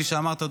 כפי שאמרת,